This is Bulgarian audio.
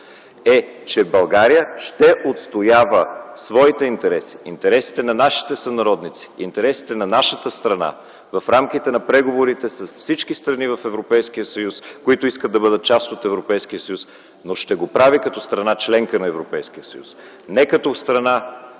е, че България ще отстоява своите интереси, интересите на нашите сънародници, интересите на нашата страна в рамките на преговорите с всички страни в Европейския съюз, които искат да бъдат част от Европейския съюз, но ще го прави като страна – членка на Европейския съюз, не като страна